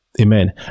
Amen